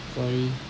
sorry